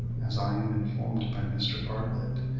as i am informed by mr. bartlett,